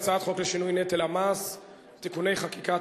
הצעת חוק לשינוי נטל המס (תיקוני חקיקה),